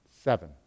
Seven